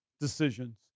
decisions